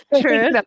true